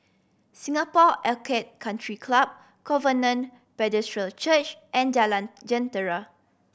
Singapore Orchid Country Club Covenant Church and Jalan Jentera